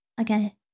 Okay